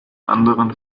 anderen